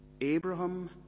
Abraham